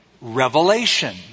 Revelation